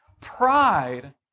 Pride